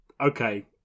okay